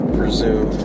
presume